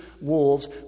wolves